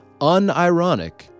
unironic